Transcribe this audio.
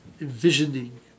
envisioning